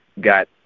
got